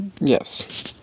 yes